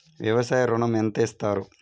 వ్యవసాయ ఋణం ఎంత ఇస్తారు?